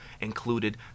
included